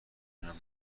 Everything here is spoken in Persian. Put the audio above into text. مادرم